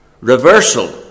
Reversal